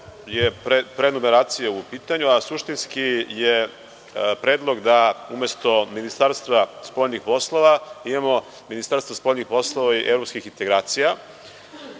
je pre numeracija u pitanju, a suštinski je predlog da umesto „Ministarstva spoljnih“ poslova imamo „Ministarstvo spoljnih poslova i evropskih integracija“.